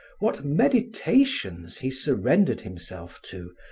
what meditations he surrendered himself to,